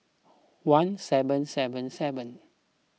one seven seven seven